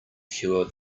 cure